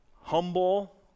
humble